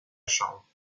chambre